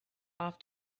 off